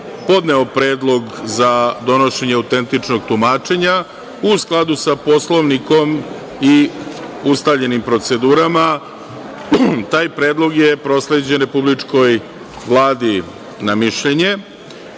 podneo predlog za donošenje autentičnog tumačenja u skladu sa Poslovnikom i ustaljenim procedurama. Taj predlog je prosleđen Republičkoj vladi na mišljenje.